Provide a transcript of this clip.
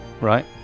right